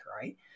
right